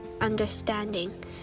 understanding